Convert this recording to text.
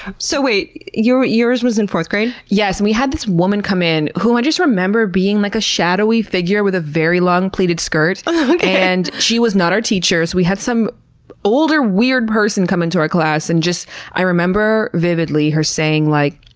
so, wait, yours yours was in fourth grade? yes. and we had this woman come in who i just remember being, like, a shadowy figure with a very long pleated skirt. um and she was not our teacher. so we had some older, weird person come into our class. and i remember vividly her saying like,